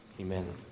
Amen